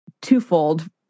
twofold